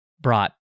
brought